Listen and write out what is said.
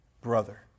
brother